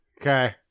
okay